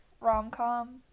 rom-com